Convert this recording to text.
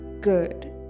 good